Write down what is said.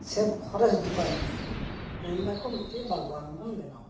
ᱥᱮ forest department ᱢᱮᱱ ᱮᱫᱟᱠᱚ ᱢᱤᱫᱴᱮᱱ ᱵᱟᱜᱣᱟᱱ ᱵᱚᱱ ᱵᱮᱱᱟᱣᱟ